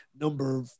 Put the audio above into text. number